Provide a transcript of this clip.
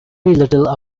little